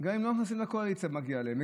גם אם הם לא נכנסים לקואליציה מגיע להם,